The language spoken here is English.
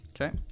Okay